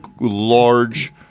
large